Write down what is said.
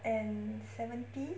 and seventy